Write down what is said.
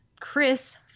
Chris –